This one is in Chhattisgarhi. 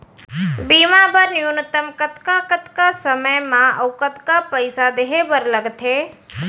बीमा बर न्यूनतम कतका कतका समय मा अऊ कतका पइसा देहे बर लगथे